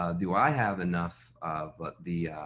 ah do i have enough of but the